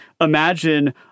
imagine